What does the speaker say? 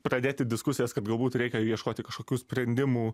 pradėti diskusijas kad galbūt reikia ieškoti kažkokių sprendimų